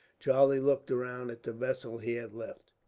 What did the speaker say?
charlie looked around at the vessel he had left.